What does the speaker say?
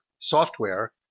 software